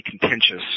contentious